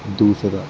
دوسرا